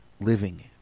living